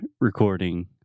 recording